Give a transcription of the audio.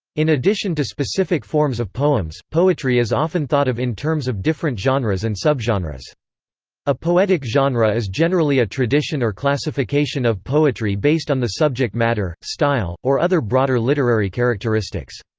in addition to specific forms of poems, poetry is often thought of in terms of different genres and so but subgenres. a poetic genre is generally a tradition or classification of poetry based on the subject matter, style, or other broader literary characteristics.